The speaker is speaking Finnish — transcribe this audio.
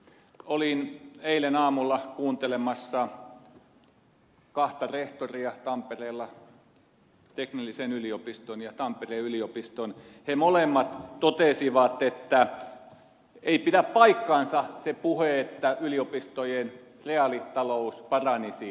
olin eilen aamulla kuuntelemassa kahta rehtoria tampereella teknillisen yliopiston ja tampereen yliopiston ja he molemmat totesivat että ei pidä paikkaansa se puhe että yliopistojen reaalitalous paranisi päinvastoin